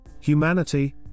Humanity